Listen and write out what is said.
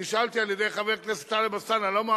נשאלתי על-ידי חבר הכנסת טלב אלסאנע למה